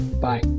bye